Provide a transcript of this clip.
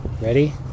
ready